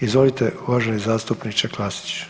Izvolite, uvaženi zastupniče Klasić.